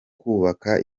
kubaka